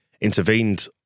intervened